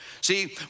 See